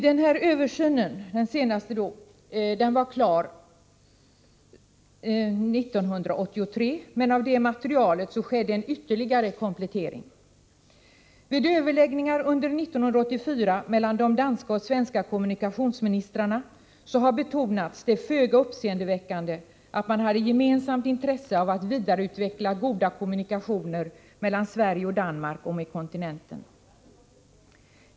Den senaste översynen var klar 1983, men av det materialet skedde en ytterligare komplettering. Vid överläggningar under 1984 mellan de danska och svenska kommunikationsministrarna har betonats det föga uppseendeväckande att man hade gemensamt intresse av att vidareutveckla goda kommunikationer mellan Sverige och Danmark och med kontinenten.